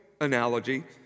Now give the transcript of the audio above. analogy